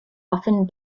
often